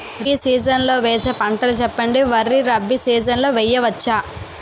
Rabi season లో వేసే పంటలు చెప్పండి? వరి రబీ సీజన్ లో వేయ వచ్చా?